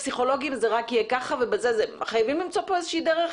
בפסיכולוגים זה רק יהיה ככה ו חייבים למצוא פה איזה שהיא דרך